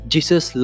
Jesus